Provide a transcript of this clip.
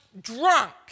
Drunk